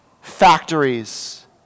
Factories